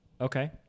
Okay